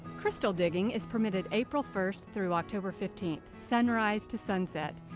crystal digging is permitted april first through october fifteenth, sunrise to sunset.